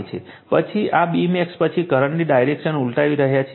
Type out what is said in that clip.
પછી આ Bmax પછી કરંટની ડાયરેક્શન ઉલટાવી રહ્યા છે